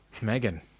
Megan